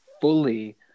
fully